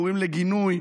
ראויים לגינוי,